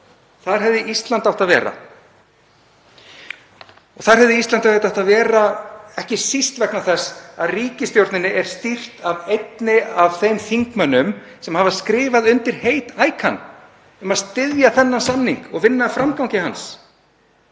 Þar hefði Ísland líka átt að vera. Þar hefði Ísland auðvitað átt að vera, ekki síst vegna þess að ríkisstjórninni er stýrt af einum af þeim þingmönnum sem hafa skrifað undir heit ICAN um að styðja þennan samning og vinna að framgangi hans.